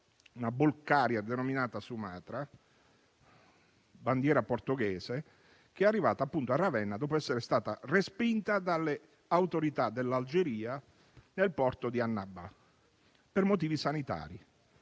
una *bulk carrier*, denominata Sumatra, battente bandiera portoghese, che è arrivata a Ravenna dopo essere stata respinta dalle autorità dell'Algeria nel porto di Annaba per motivi sanitari,